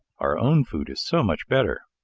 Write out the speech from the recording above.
our own food is so much better!